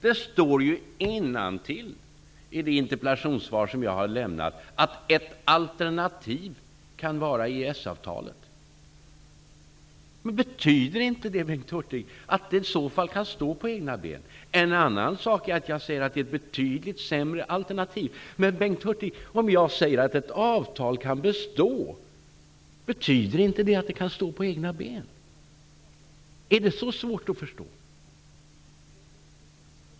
Det står ju i det interpellationssvar som jag har lämnat att EES avtalet kan vara ett alternativ. Betyder inte det, Bengt Hurtig, att avtalet kan stå på egna ben? Det är en annan sak att jag säger att det är ett betydligt sämre alternativ. Jag säger att avtalet kan bestå. Betyder inte det att avtalet kan stå på egna ben, Bengt Hurtig? Är det så svårt att förstå?